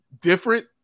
different